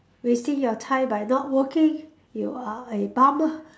wasting your time by not working you are a bum